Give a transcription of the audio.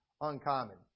uncommon